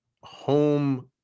home